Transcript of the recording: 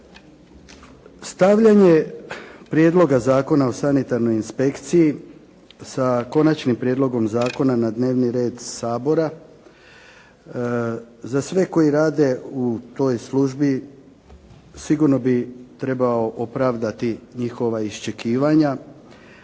Stavljanje Prijedloga Zakona o sanitarnoj inspekciji sa Konačnim prijedlogom Zakona na dnevni red Sabora za sve koji rade u toj službi sigurno bi trebao opravdati njihova iščekivanja